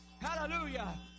Hallelujah